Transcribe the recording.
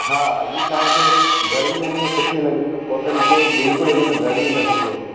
हा हीअ तव्हांखे गर्मीअ में सुठी लगंदी कॉटन कोई बिल्कुलु इनमें गर्मी न थींदव